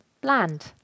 bland